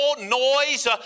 noise